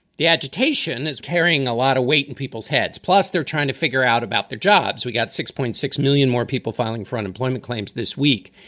the agitation is carrying a lot of weight in people's heads. plus, they're trying to figure out about the jobs. we got six point six million more people filing for unemployment claims this week.